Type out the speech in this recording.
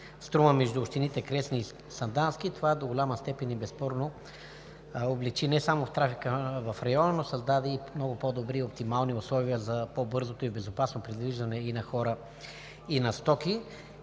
„Струма“ между общините Кресна и Сандански. Това до голяма степен, безспорно, облекчи не само трафика в района, но създаде и много по-добри, оптимални условия за по-бързото и безопасно придвижване и на хора, и на стоки.